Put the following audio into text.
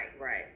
right